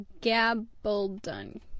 gabaldon